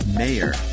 mayor